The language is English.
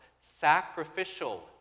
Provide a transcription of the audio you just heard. Sacrificial